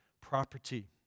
property